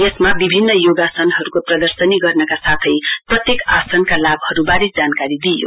यसमा विभिन्न योगासनहरूको प्रदर्शनी गर्नका साथै प्रत्येक आसनका लाभहरूबारे जानकारी दिइयो